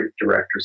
directors